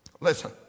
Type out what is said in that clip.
Listen